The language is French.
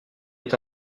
est